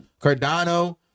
Cardano